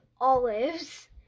olives